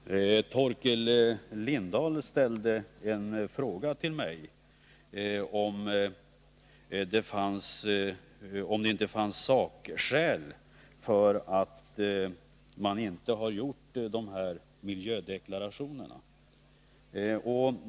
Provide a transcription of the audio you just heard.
Herr talman! Torkel Lindahl ställde en fråga till mig. Han frågade om det inte fanns sakskäl för att man inte gjorde de här miljödeklarationerna.